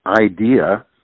idea